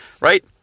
right